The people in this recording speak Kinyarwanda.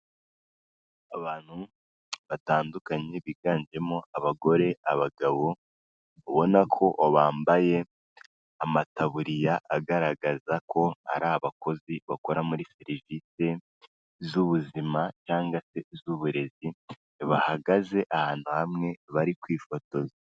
Abantu batandukanye biganjemo abagore, abagabo, ubona ko bambaye amataburiya agaragaza ko ari abakozi bakora muri serivise z'ubuzima cyangwa z'uburezi, bahagaze ahantu hamwe bari kwifotoza.